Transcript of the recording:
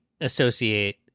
associate